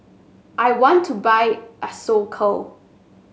I want to buy Isocal